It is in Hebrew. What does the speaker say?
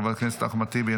חבר הכנסת אחמד טיבי,